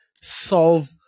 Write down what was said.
solve